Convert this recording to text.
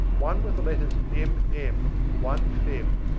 one with the letters m. m, one feb,